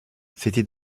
c’était